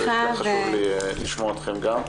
תודה.